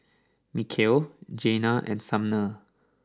Mikal Janiah and Sumner